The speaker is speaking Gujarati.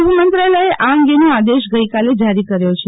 ગૃહ્મંત્રાલયે આ અંગેનો આદેશ ગઈકાલે જારી કર્યો ફતો